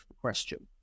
question